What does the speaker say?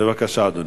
בבקשה, אדוני.